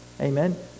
Amen